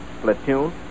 platoon